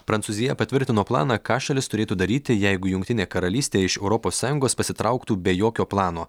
prancūzija patvirtino planą ką šalis turėtų daryti jeigu jungtinė karalystė iš europos sąjungos pasitrauktų be jokio plano